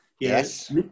Yes